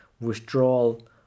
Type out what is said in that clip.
withdrawal